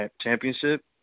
Championship